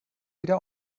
wieder